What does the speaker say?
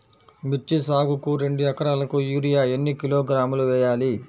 మిర్చి సాగుకు రెండు ఏకరాలకు యూరియా ఏన్ని కిలోగ్రాములు వేయాలి?